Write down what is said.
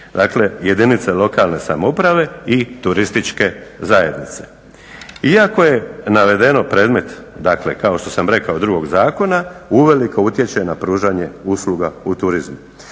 dakle jedinice lokalne samouprave i turističke zajednice. Iako je navedeno predmet, dakle kao što sam rekao drugog zakona, uveliko utječe na pružanje usluga u turizmu.